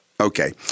Okay